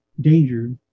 danger